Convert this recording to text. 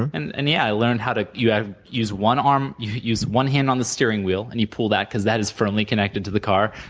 and and yeah. i learned how to you use one arm you use one hand on the steering wheel and you pull that, because that is firmly connected to the car,